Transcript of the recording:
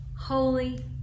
holy